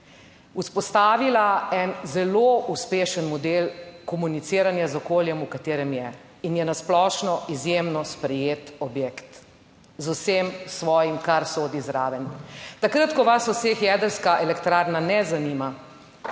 vzpostavila en zelo uspešen model komuniciranja z okoljem, v katerem je in je na splošno izjemno sprejet objekt z vsem svojim, kar sodi zraven. Takrat, ko vas vseh jedrska elektrarna ne zanima.